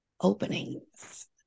openings